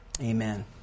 Amen